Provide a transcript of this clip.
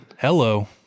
hello